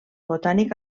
botànic